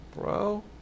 Bro